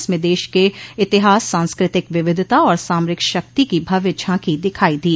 इसमें देश के इतिहास सांस्कृतिक विविधता और सामरिक शक्ति की भव्य झांकी दिखाई दी